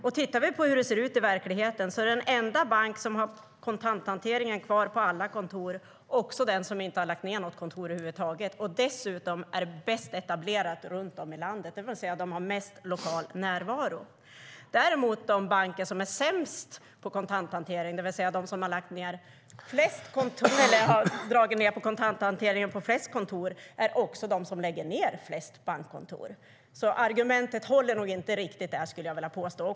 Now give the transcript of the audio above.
Om vi tittar på hur det ser ut i verkligheten är den enda bank som har kontanthanteringen kvar på alla kontor också den som inte har lagt ned något kontor över huvud taget och som dessutom är bäst etablerad runt om i landet, det vill säga har mest lokal närvaro. De banker som däremot är sämst på kontanthantering, det vill säga de som har dragit ned på kontanthanteringen på flest kontor, är också de som lägger ned flest bankkontor. Så argumentet håller nog inte riktigt där, skulle jag vilja påstå.